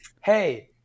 hey